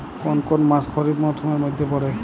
কোন কোন মাস খরিফ মরসুমের মধ্যে পড়ে?